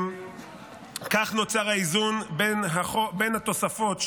כך נוצר האיזון בתוספות,